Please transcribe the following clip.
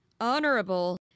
honorable